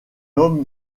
homme